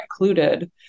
included